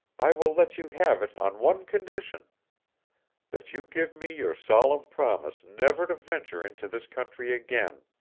i will let you have it on one condition that you give me your solemn promise never to venture into this country again.